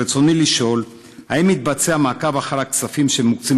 רצוני לשאול: האם מתבצע מעקב אחר הכספים שמוקצים